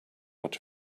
much